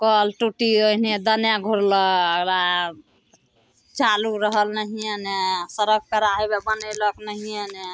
कल टुटी एहिने देने घुरलक चालु रहल नहिये ने सड़क पेड़ा हेवए बनेलक नहिये ने